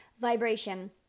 vibration